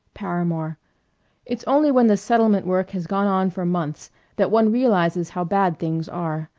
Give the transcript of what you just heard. paramore it's only when the settlement work has gone on for months that one realizes how bad things are.